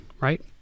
right